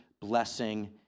blessing